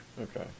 Okay